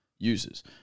Users